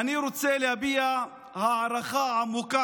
אני רוצה להביע הערכה עמוקה